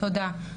תודה,